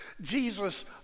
Jesus